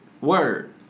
Word